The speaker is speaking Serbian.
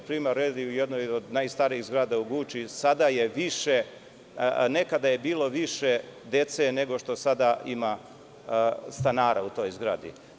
Primera radi, u jednoj od najstarijih zgrada u Guči nekada je bilo više dece nego što sada ima stanara u toj zgradi.